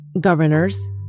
governors